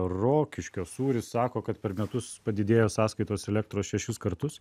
rokiškio sūris sako kad per metus padidėjo sąskaitos elektros šešis kartus